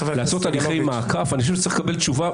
חבר הכנסת סגלוביץ', אתה רוצה לפני שהיא מתייחסת?